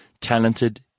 talented